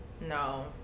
no